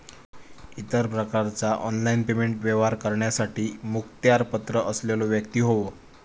इतर प्रकारचा online payment व्यवहार करण्यासाठी मुखत्यारपत्र असलेलो व्यक्ती होवो